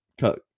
cut